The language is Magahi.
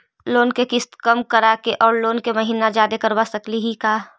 लोन के किस्त कम कराके औ लोन के महिना जादे करबा सकली हे का?